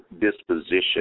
disposition